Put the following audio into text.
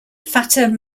fateh